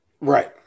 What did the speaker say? Right